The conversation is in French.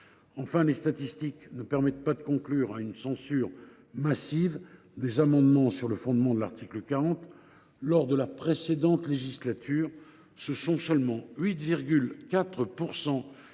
Enfin, les statistiques ne permettent pas de conclure à une censure massive des amendements sur le fondement de l’article 40. Lors de la précédente législature, seulement 8,4